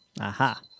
Aha